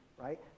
right